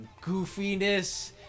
goofiness